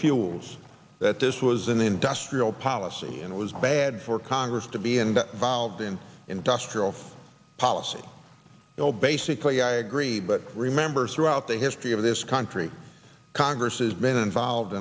fuels that this was an industrial policy and it was bad for congress to be and involved in industrial policy you know basically i agree but remember throughout the history of this country congress has been involved